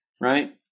right